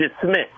dismissed